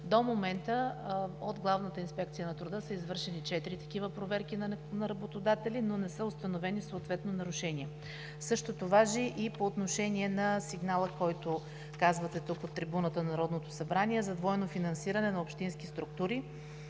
До момента от Главната инспекция на труда са извършени четири такива проверки на работодатели, но съответно не са установени нарушения. Същото важи и по отношение на сигнала, за който казвате тук от трибуната на Народното събрание – за двойно финансиране на общински структури.